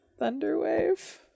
Thunderwave